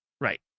right